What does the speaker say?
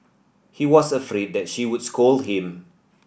he was afraid that she would scold him